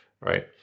right